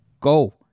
go